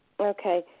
Okay